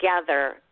together